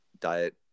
diet